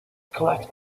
collect